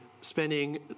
spending